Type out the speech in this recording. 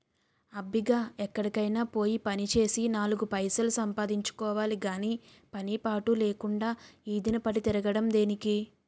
అబ్బిగా ఎక్కడికైనా పోయి పనిచేసి నాలుగు పైసలు సంపాదించుకోవాలి గాని పని పాటు లేకుండా ఈదిన పడి తిరగడం దేనికి?